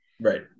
right